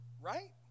right